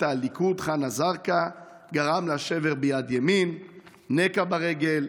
הליכוד חנה זרקא וגרם לה שבר ביד ימין ונקע ברגל.